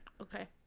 okay